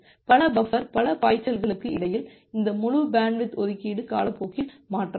பல பஃபர் பல பாய்ச்சல்களுக்கு இடையில் இந்த முழு பேண்ட்வித் ஒதுக்கீடு காலப்போக்கில் மாற்றப்படும்